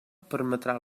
permetrà